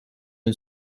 une